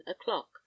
o'clock